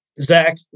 Zach